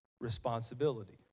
responsibility